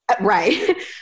Right